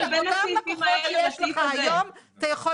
אותם לקוחות שיש לך היום אתה יכול